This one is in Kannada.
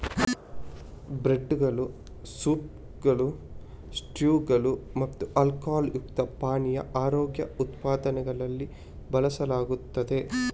ಬ್ರೆಡ್ದುಗಳು, ಸೂಪ್ಗಳು, ಸ್ಟ್ಯೂಗಳು ಮತ್ತು ಆಲ್ಕೊಹಾಲ್ ಯುಕ್ತ ಪಾನೀಯ ಆರೋಗ್ಯ ಉತ್ಪನ್ನಗಳಲ್ಲಿ ಬಳಸಲಾಗುತ್ತದೆ